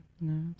No